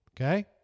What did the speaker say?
Okay